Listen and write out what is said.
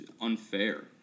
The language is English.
unfair